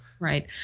Right